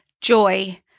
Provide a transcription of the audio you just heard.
joy